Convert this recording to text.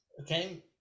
Okay